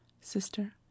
Sister